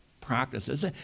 practices